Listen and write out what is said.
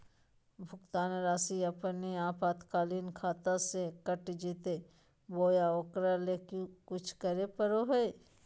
भुक्तान रासि अपने आपातकालीन खाता से कट जैतैय बोया ओकरा ले कुछ करे परो है?